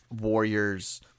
warriors